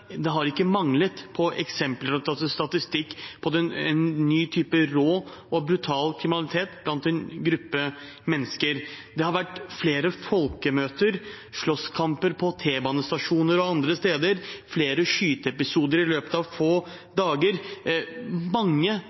Det har ikke manglet på eksempler på og statistikk over en ny type rå og brutal kriminalitet blant en gruppe mennesker. Det har vært flere folkemøter, slåsskamper på T-banestasjoner og andre steder, flere skyteepisoder i løpet av få dager. Det har vært mange